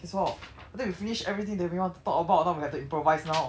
K so I think we finish everything that we want to talk about now we have to improvise now